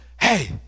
Hey